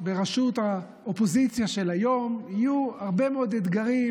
בראשות האופוזיציה של היום יהיו הרבה מאוד אתגרים,